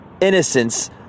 innocence